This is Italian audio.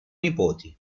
nipoti